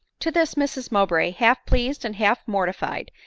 to this, mrs mowbray, half pleased and half morti fied,